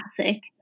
classic